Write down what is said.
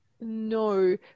no